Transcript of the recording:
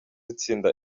itsinda